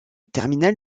terminal